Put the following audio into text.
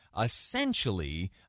essentially